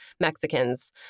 Mexicans